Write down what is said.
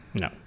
No